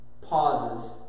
pauses